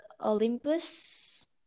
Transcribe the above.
Olympus